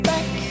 Back